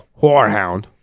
whorehound